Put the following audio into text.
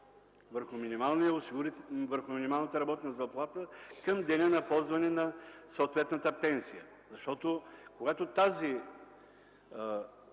върху минималната работна заплата към деня на ползване на съответната пенсия. Когато